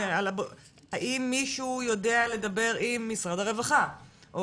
האם מישהו יודע לדבר עם משרד הרווחה או